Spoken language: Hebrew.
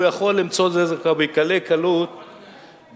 הוא יכול למצוא את זה בקלי קלות בתוך